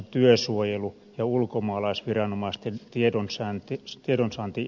työsuojelu ja ulkomaalaisviranomaisten tiedonsaantioikeuksia